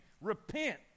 Repent